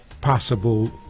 possible